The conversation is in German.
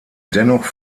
dennoch